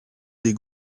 des